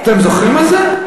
אתם זוכרים את זה?